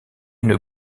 une